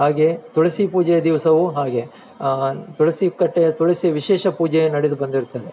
ಹಾಗೇ ತುಳಸಿ ಪೂಜೆ ದಿವಸವೂ ಹಾಗೆ ತುಳಸಿ ಕಟ್ಟೆಯ ತುಳಸಿ ವಿಶೇಷ ಪೂಜೆ ನಡೆದು ಬಂದಿರುತ್ತದೆ